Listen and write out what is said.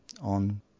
on